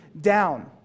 down